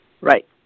Right